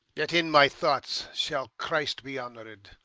yet in my thoughts shall christ be honoured,